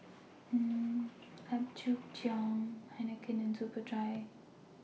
Apgujeong Heinekein and Superdry